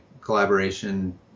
collaboration